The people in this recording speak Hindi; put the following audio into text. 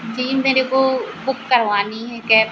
जी मेरे को बुक करवानी है कैब